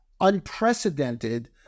unprecedented